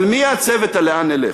אבל מי יעצב את "לאן נלך"?